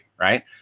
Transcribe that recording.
Right